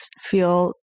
feel